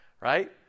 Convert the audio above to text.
right